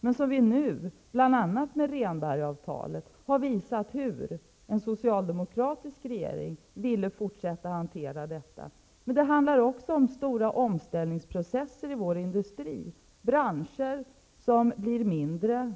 Men vi har nu, bl.a. med Rehnbergavtalet, visat hur en socialdemokratisk regering ville fortsätta att hantera detta. Det handlar också om stora omställningsprocesser i vår industri, branscher som blir mindre,